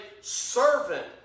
servant